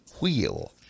wheel